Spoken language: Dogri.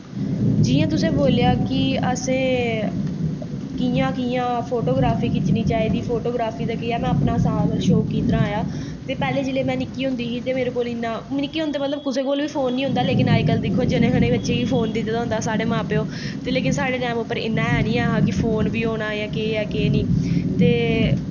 जियां तुसें बोलेआ कि असें कियां कियां फोटोग्राफी खिच्चनी चाही दी कियां मेरे फोटोग्राफी दा शौंक किध्दरा दा आया पैह्लैं में निक्की होंदी ही ते निक्के होंदे मतलव कुसै कोल बी फोन नी होंदा अज्ज कल दिक्खो जने खने बच्चे गी फोन दित्ते दा होंदा साढ़े मां प्यो ते लेकिन साढ़े टैम पर इन्ना है नेईं हा कि फोन बी होनां जां केह् ऐ केह् नि ते